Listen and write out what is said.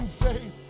faith